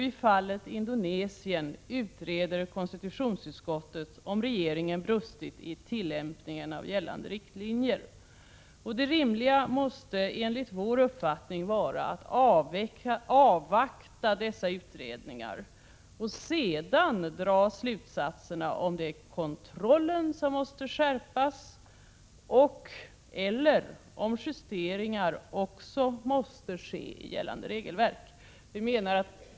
I fallet Indonesien utreder konstitutionsutskottet om regeringen brustit i tillämpningen av gällande riktlinjer. Det rimliga måste enligt moderata samlingspartiets uppfattning vara att man avvaktar dessa utredningar och sedan drar slutsatserna om det är kontrollen som måste skärpas och/eller om justeringar också måste ske i gällande regelverk.